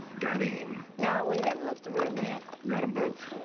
got him. no, we hadn't left the room yet. got em both.